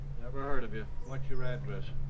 never heard of you. what's your address?